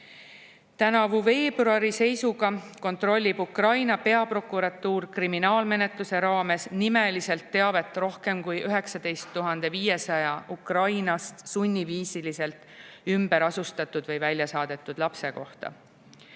Tänavuse veebruari seisuga kontrollib Ukraina peaprokuratuur kriminaalmenetluse raames nimeliselt teavet rohkem kui 19 500 Ukrainast sunniviisiliselt ümberasustatud või välja saadetud lapse kohta.